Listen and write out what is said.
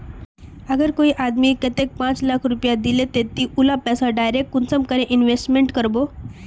अगर कोई आदमी कतेक पाँच लाख रुपया दिले ते ती उला पैसा डायरक कुंसम करे इन्वेस्टमेंट करबो?